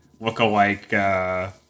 lookalike